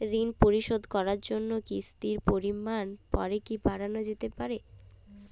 ঋন পরিশোধ করার জন্য কিসতির পরিমান পরে কি বারানো যেতে পারে?